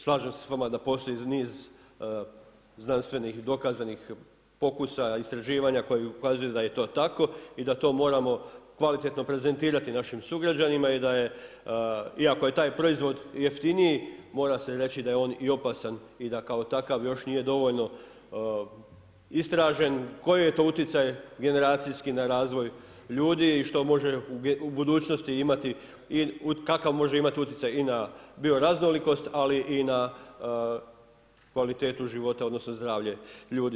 Slažem se s vama da postoji niz znanstvenih dokazanih pokusa, istraživanja koja i u kazuju da je to tako i da to moramo kvalitetno prezentirati našim sugrađanima i daj e iako je taj proizvod i jeftiniji mora se reći da je on i opasan i da kao takav još nije dovoljno istražen, koji je to utjecaj generacijski na razvoj ljudi i što može u budućnosti imati i kakav može imati utjecaj i na bio raznolikost ali i na kvalitetu života odnosno zdravlje ljudi.